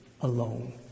alone